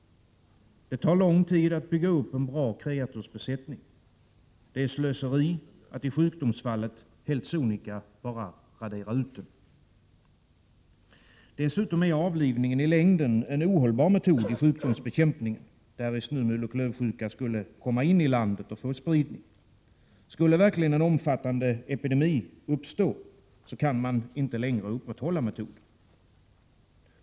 Det tar lång tid att bygga upp en bra kreatursbesättning. Det är slöseri att i sjukdomsfallet helt sonika radera ut den. Dessutom är avlivningen i längden en ohållbar metod i sjukdomsbekämpningen, därest muloch klövsjuka nu skulle komma in i landet och få spridning. Skulle en omfattande epidemi uppstå kan metoden inte längre upprätthållas.